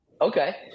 Okay